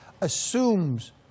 assumes